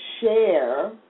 share